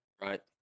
Right